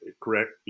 correct